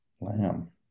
lamb